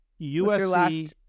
USC